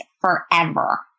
forever